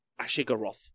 Ashigaroth